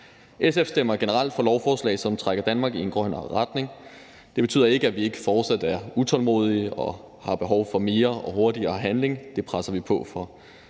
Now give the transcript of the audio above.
SF stemmer generelt for lovforslag, som trækker Danmark i en grønnere retning. Det betyder ikke, at vi ikke fortsat er utålmodige og har behov for mere og hurtigere handling, og det presser vi på for,